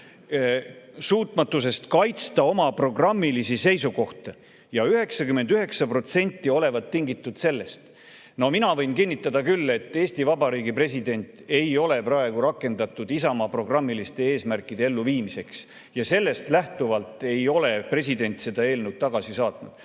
suudeta kaitsta oma programmilisi seisukohti. Ja 99% olevat tingitud sellest. No mina võin kinnitada, et Eesti Vabariigi president ei ole praegu rakendatud Isamaa programmiliste eesmärkide elluviimiseks, ja [mitte] sellest lähtuvalt ei ole president seda eelnõu tagasi saatnud.